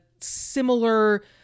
similar